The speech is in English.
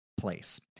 place